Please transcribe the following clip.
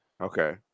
Okay